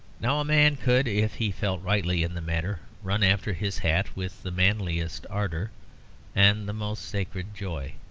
now a man could, if he felt rightly in the matter, run after his hat with the manliest ardour and the most sacred joy.